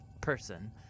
person